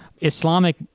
Islamic